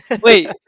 wait